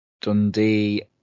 Dundee